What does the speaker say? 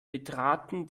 betraten